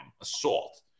assault